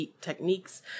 techniques